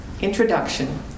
introduction